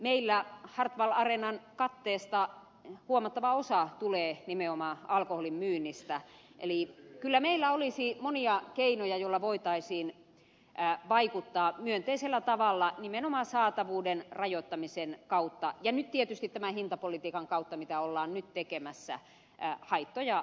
meillä hartwall areenan katteesta huomattava osa tulee nimenomaan alkoholin myynnistä eli kyllä meillä olisi monia keinoja joilla voitaisiin vaikuttaa myönteisellä tavalla nimenomaan saatavuuden rajoittamisen kautta ja tietysti tämän hintapolitiikan kautta mitä ollaan nyt tekemässä haittojen vähentämiseksi